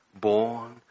Born